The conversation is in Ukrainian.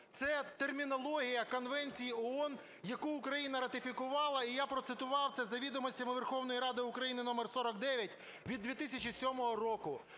Це термінологія Конвенції ООН, яку Україна ратифікувала, і я процитував це за "Відомостями Верховної Ради України", номер 49 від 2007 року.